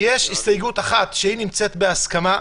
הסתייגות אחת שנמצאת בהסכמה.